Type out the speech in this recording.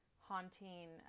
haunting